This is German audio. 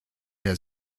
der